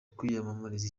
kwiyamamariza